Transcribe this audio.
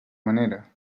manera